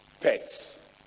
Pets